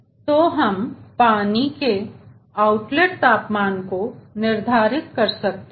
तो हम पानी के आउटलेट तापमान को निर्धारित कर सकते हैं